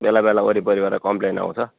बेला बेला वरिपरिबाट कम्प्लेन आउँछ